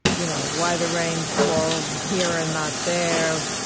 you know why the rains fall here and not there,